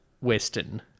western